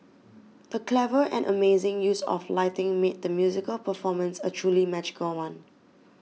the clever and amazing use of lighting made the musical performance a truly magical one